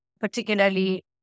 particularly